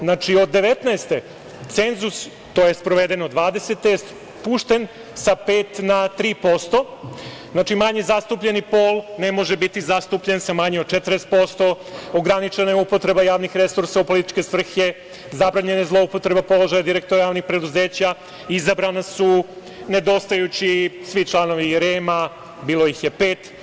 Znači, od 1919. godine censuz, to je sprovedeno 2020. spušten sa 5% na 3%. znači manje zastupljeni pol ne može biti zastupljen sa manje od 40%, ograničena je upotreba javnih resursa u političke svrhe, zabranjena je zloupotreba položaja direktora javnih preduzeća, izabrani su nedostajući svi članovi REM-a, bilo ih je pet.